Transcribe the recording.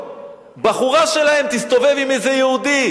אלה שאם חס ושלום בחורה שלהם תסתובב עם איזה יהודי,